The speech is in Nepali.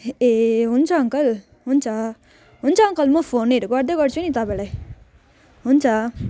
ए हुन्छ अङ्कल हुन्छ हुन्छ अङ्कल म फोनहरू गर्दै गर्छु नि तपाईँलाई हुन्छ